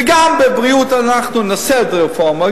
וגם בבריאות הנפש אנחנו נעשה את הרפורמה.